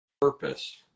purpose